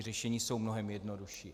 Řešení jsou mnohem jednodušší.